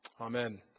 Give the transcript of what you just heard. Amen